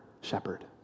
shepherd